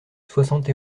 soixante